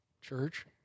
church